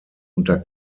unter